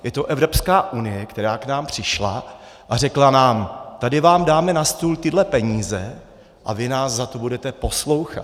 Je to Evropská unie, která k nám přišla a řekla nám: tady vám dáme na stůl tyhle peníze a vy nás za to budete poslouchat.